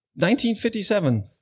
1957